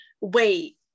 wait